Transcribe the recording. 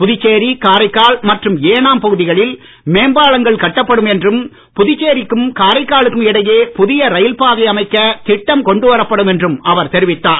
புதுச்சேரி காரைக்கால் மற்றும் ஏனாம் பகுதிகளில் மேம்பாலங்கள் கட்டப்படும் என்றும் புதுச்சேரிக்கும் காரைக்காலுக்கும் இடையே புதிய ரயில் பாதை அமைக்க திட்டம் கொண்டு வரப்படும் என்றும் அவர் தெரிவித்தார்